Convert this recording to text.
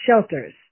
shelters